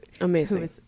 amazing